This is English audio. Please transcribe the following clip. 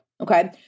okay